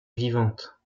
vivantes